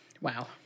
Wow